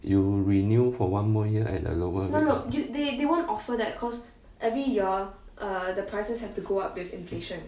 you renew for one more year at a lower rate